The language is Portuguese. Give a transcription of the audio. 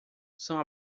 são